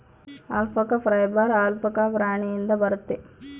alpaca fibre alpaca ಪ್ರಾಣಿಯಿಂದ ಬರುತ್ತೆ